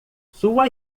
sua